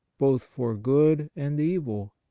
both for good and evil,